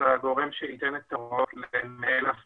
תהליכים